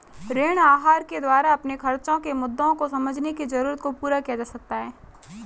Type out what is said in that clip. ऋण आहार के द्वारा अपने खर्चो के मुद्दों को समझने की जरूरत को पूरा किया जा सकता है